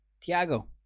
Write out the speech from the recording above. tiago